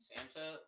Santa